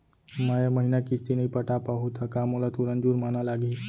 मैं ए महीना किस्ती नई पटा पाहू त का मोला तुरंत जुर्माना लागही?